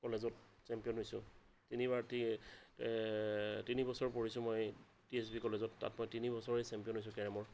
কলেজত চেম্পিয়ন হৈছোঁ তিনিবাৰ তিনি বছৰ পঢ়িছোঁ মই টি এছ বি কলেজত তাত মই তিনি বছৰেই চেম্পিয়ন হৈছোঁ কেৰমৰ